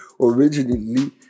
originally